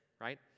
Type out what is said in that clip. right